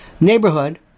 neighborhood